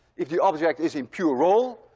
if the object is in pure roll,